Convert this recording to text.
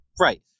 Right